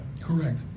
Correct